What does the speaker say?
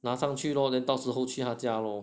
拿上去咯 then 到时候去他家咯